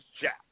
Jack